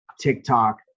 TikTok